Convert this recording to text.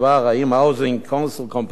"Housing Council Corporation",